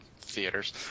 theaters